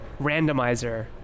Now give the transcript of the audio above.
randomizer